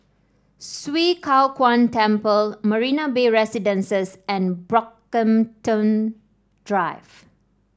Swee Kow Kuan Temple Marina Bay Residences and Brockhampton Drive